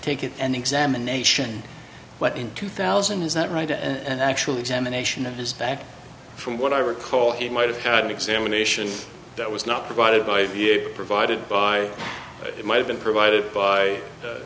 take it an examination what in two thousand is that right and actually examination of his back from what i recall he might have had an examination that was not provided by v a provided by it might have been provided by the